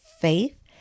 faith